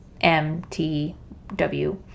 M-T-W